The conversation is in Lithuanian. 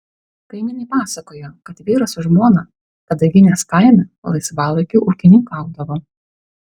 kaimynai pasakojo kad vyras su žmona kadaginės kaime laisvalaikiu ūkininkaudavo